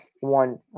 one